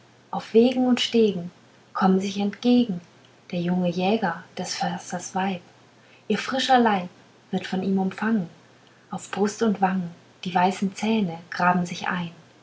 auf wegen und stegen kommen sich entgegen der junge jäger des försters weib ihr frischer leib wird von ihm umfangen auf brust und wangen die weißen zähne graben sich ein